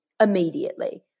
immediately